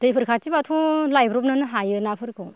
दैफोर खाथिबाथ' लायब्रबनोनो हायो नाफोरखौ